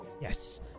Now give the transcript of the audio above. yes